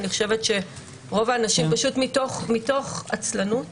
רוב האנשים מתוך עצלנות